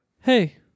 hey